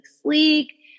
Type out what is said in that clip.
sleek